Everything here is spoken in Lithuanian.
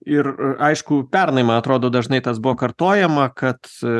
ir aišku pernai man atrodo dažnai tas buvo kartojama kad